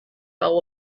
fell